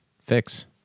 fix